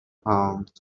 palms